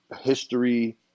history